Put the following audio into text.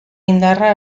indarra